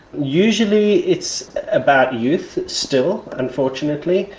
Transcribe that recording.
usually it's about youth still, unfortunately.